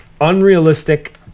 unrealistic